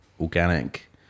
organic